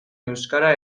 euskara